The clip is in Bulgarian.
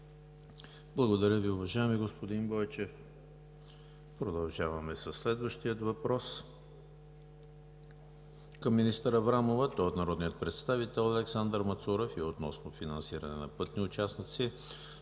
Благодаря Ви, уважаеми господин Бойчев. Продължаваме със следващия въпрос към министър Аврамова, а той е от народния представител Александър Мацурев и е относно финансиране на пътни участъци